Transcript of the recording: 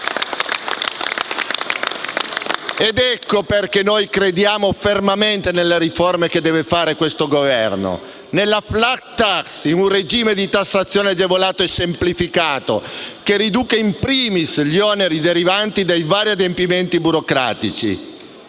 Per questo noi crediamo fermamente nelle riforme che deve fare questo Governo: nella *flat tax,* in un regime di tassazione agevolato e semplificato che riduca *in primis* gli oneri derivanti dai vari adempimenti burocratici,